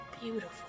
beautiful